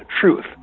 truth